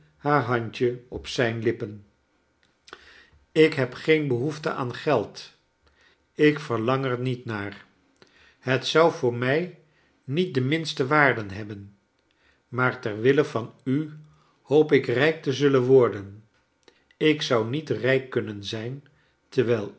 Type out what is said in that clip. haar handje op zijn lippen ik heb geen behoefte aan geld ik verlang er niet naar het zou voor mij niet de minste waarde hebben maar ter wille van u hoop ik rijk te zullen worden ik zou niet rijk kunnen zijn terwijl